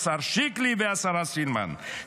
השר שיקלי והשרה סילמן,